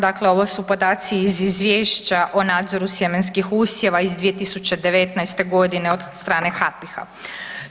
Dakle, ovo su podaci iz Izvješća o nadzoru sjemenskih usjeva iz 2019. godine od strane HAPIH-A.